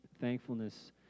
thankfulness